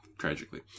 Tragically